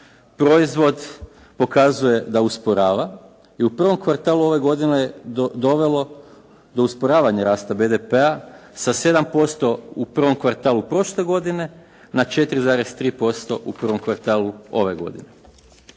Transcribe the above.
proizvod pokazuje da usporava i u prvom kvartalu ove godine dovelo do usporavanja rasta BDP-a sa 7% u prvom kvartalu prošle godine na 4,3% u prvom kvartalu ove godine.